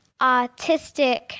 autistic